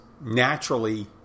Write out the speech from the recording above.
naturally